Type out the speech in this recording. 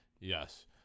Yes